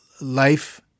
life